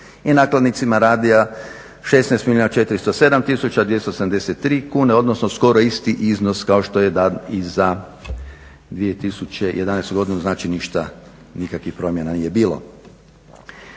i nakladnicima radija 16 milijuna 407 tisuća 273 kune, odnosno skoro isti iznos kao što je dan i za 2011. godinu, znači ništa, nikakvih promjena nije bilo.